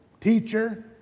teacher